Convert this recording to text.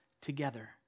together